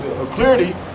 clearly